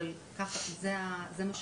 אבל זה מה שקורה,